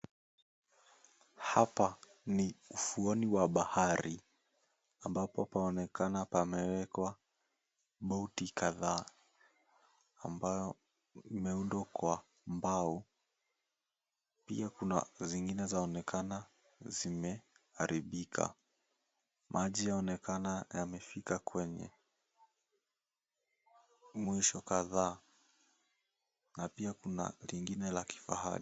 Hapa ni ufuoni wa bahari ambapo paonekana pamewekwa boti kadhaa ambayo imeundwa kwa mbao. Pia kuna zingine zaonekana zimeharibika. Maji yaonekana yamefika kwenye mwisho kadhaa. Na pia kuna lingine la kifahari.